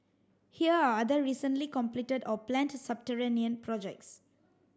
here are other recently completed or planned subterranean projects